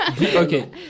Okay